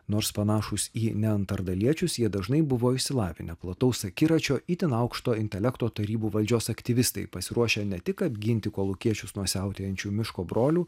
nors panašūs į neandertaliečius jie dažnai buvo išsilavinę plataus akiračio itin aukšto intelekto tarybų valdžios aktyvistai pasiruošę ne tik apginti kolūkiečius nuo siautėjančių miško brolių